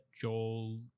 Joel